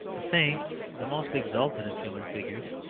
the saints, the most exalted of human figures,